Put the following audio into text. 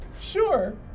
Sure